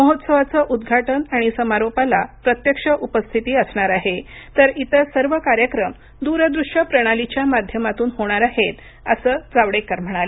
महोत्सवाचं उद्घाटन आणि समारोपाला प्रत्यक्ष उपस्थिती असणार आहे तर इतर सर्व कार्यक्रम द्रदृष्यप्रणालीच्या माध्यमातून होणार आहेत असं जावडेकर म्हणाले